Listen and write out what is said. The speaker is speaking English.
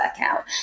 workout